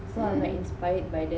mmhmm